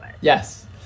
yes